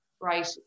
right